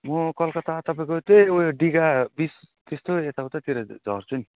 म कलकत्ता तपाईँको त्यही उयो डिगा बिच त्यस्तो यताउतातिर झर्छु नि